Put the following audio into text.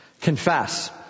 Confess